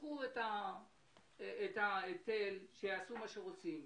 שימשכו את ההיטל, שיעשו מה שהם רוצים,